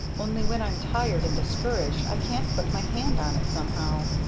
only when i'm tired and discouraged i can't put my hand on it somehow.